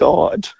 God